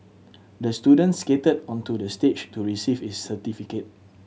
the student skated onto the stage to receive his certificate